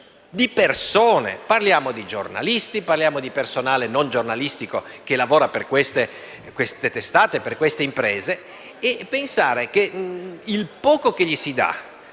di persone, di giornalisti, di personale non giornalistico che lavora per queste testate, per queste imprese, e pensare che il poco che si dà,